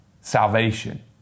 salvation